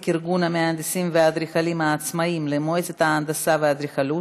ארגון המהנדסים והאדריכלים העצמאיים למועצת ההנדסה והאדריכלות),